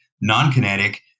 non-kinetic